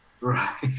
right